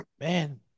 Man